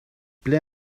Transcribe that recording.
ble